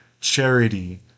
charity